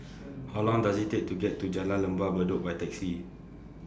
How Long Does IT Take to get to Jalan Lembah Bedok By Taxi